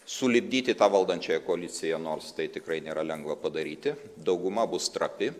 sulipdyti tą valdančiąją koaliciją nors tai tikrai nėra lengva padaryti dauguma bus trapi